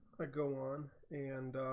ah go on and